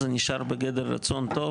זה נשאר בגדר רצון טוב.